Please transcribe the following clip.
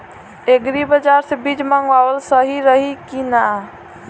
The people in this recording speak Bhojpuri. एग्री बाज़ार से बीज मंगावल सही रही की ना?